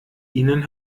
ihnen